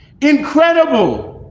Incredible